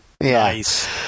nice